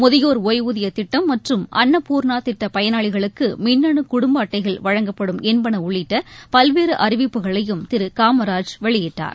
ழுதியோர் ஒய்வூதியதிட்டங் மற்றும் அன்னப்பூர்ணாதிட்டப் பயனாளிகளுக்குமின்னுகுடும்பஅட்டைகள் வழங்கப்படும் என்பனஉள்ளிட்டபல்வேறுஅறிவிப்புகளையும் திருகாமராஜ் வெளியிட்டார்